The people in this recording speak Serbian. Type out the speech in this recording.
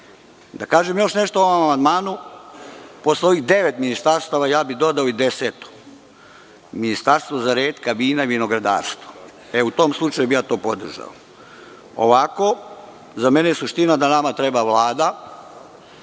kažem još nešto o ovom amandmanu. Posle ovih devet ministarstava, ja bih dodao i deseto – Ministarstvo za retka vina i vinogradarstvo. U tom slučaju bih ja to podržao. Ovako, za mene je suština da nama treba Vlada.